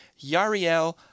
Yariel